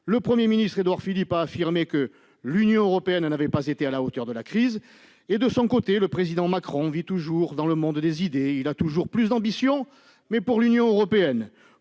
le Premier ministre, Édouard Philippe, affirme quant à lui que l'Union européenne n'a pas « été à la hauteur de la crise ». De l'autre, le président Macron vit toujours dans le monde des idées. Il a toujours plus d'ambitions, mais pour l'Union européenne